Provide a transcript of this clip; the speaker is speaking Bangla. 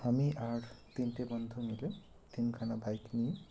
আমি আর তিনটে বন্ধু মিলে তিনখানা বাইক নিয়ে